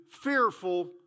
fearful